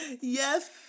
Yes